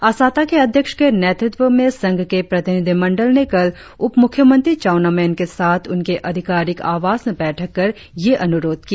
आसाता के अध्यक्ष के नेतृत्व में संघ के प्रतिनिधिमंडल ने कल उप मुख्यमंत्री चाउना मेन के साथ उनके अधिकारिक आवास में बैठक कर यह अनुरोध किया